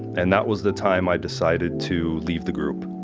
and that was the time i decided to leave the group